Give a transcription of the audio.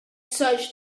searched